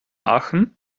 aachen